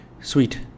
Sweet